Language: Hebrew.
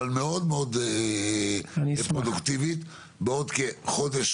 אבל מאוד פרודוקטיבית בעוד כחודש,